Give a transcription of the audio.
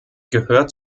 gehört